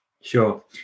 sure